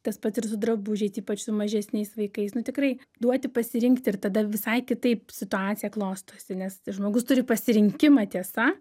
tas pats ir su drabužiais ypač su mažesniais vaikais nu tikrai duoti pasirinkti ir tada visai kitaip situacija klostosi nes žmogus turi pasirinkimą tiesa